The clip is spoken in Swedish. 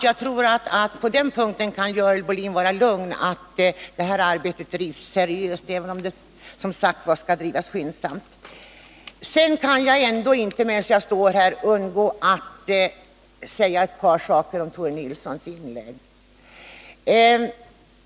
Jag tror att Görel Bohlin på denna punkt kan vara lugn. Detta arbete bedrivs seriöst, även om det som sagt skall bedrivas skyndsamt. Jag kan inte, när jag ändå står här i talarstolen, undgå att säga ett par ord om Tore Nilssons inlägg.